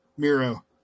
Miro